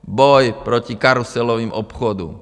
Boj proti karuselovým obchodům.